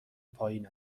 پایین